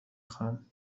خواهم